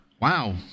wow